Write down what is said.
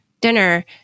dinner